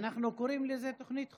אנחנו קוראים לזה תוכנית חומש,